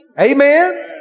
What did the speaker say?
Amen